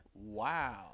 Wow